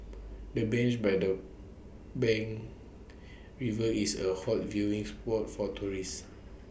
the bench by the bank of river is A hot viewing spot for tourists